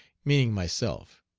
meaning myself.